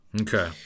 Okay